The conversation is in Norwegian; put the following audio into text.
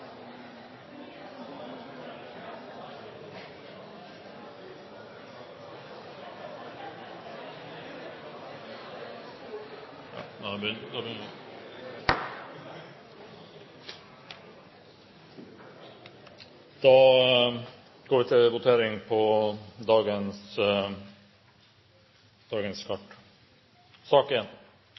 7. Da går Stortinget til votering over sakene på dagens kart.